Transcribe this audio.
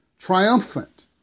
triumphant